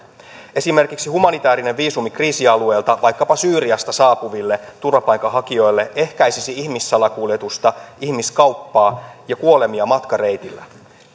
esimerkiksi humanitäärinen viisumi kriisialueelta vaikkapa syyriasta saapuville turvapaikanhakijoille ehkäisisi ihmissalakuljetusta ihmiskauppaa ja kuolemia matkareitillä